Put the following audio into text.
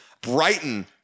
Brighton